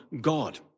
God